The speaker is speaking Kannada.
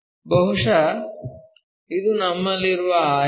ಬಹುಶಃ ಇದು ನಮ್ಮಲ್ಲಿರುವ ಆಯತ